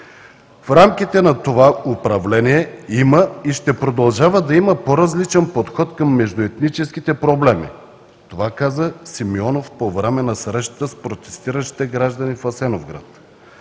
„В рамките на това управление има и ще продължава да има по-различен подход към междуетническите проблеми.“ Това каза на среща Симеонов по време на среща с протестиращите граждани в Асеновград.